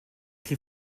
qui